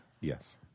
Yes